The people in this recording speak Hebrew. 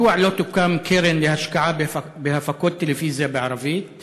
מדוע לא תוקם קרן להשקעה בהפקות טלוויזיה בערבית